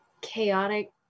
chaotic